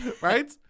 Right